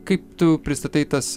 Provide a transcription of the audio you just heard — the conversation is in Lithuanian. kaip tu pristatai tas